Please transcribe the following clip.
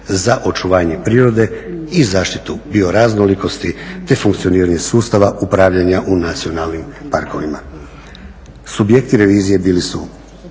za očuvanje prirode i zaštitu bioraznolikosti, te funkcioniranje sustava upravljanja u nacionalnim parkovima. Subjekti revizije bili su